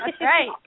Right